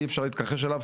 אי אפשר להתכחש אליו,